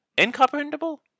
incomprehensible